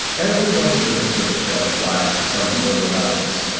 everyone who listens to this show flies, some more than others.